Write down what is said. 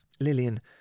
Lillian